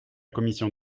commission